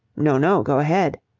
no, no. go ahead.